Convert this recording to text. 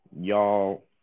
y'all